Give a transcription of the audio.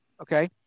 okay